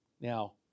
Now